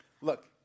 Look